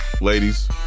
Ladies